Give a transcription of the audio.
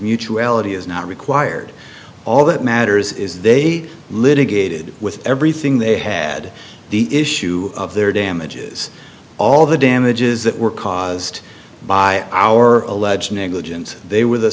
mutuality is not required all that matters is they litigated with everything they had the issue of their damages all the damages that were caused by our alleged negligence they were the